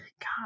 God